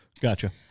Gotcha